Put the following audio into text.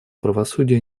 правосудия